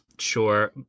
sure